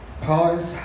Pause